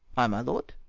ay, my lord.